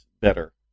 better